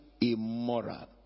immoral